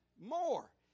more